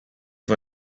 for